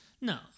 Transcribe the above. No